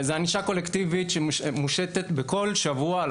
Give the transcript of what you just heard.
זה ענישה קולקטיבית שמושטת בכל שבוע על